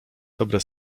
dobre